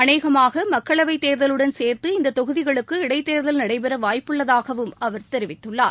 அநேகமாக மக்களவைத் தேர்தலுடன் சேர்த்து இந்த தொகுதிகளுக்கு இடைத்தேர்தல் நடைபெற வாய்ப்புள்ளதாகவும் அவர் தெரிவித்துள்ளார்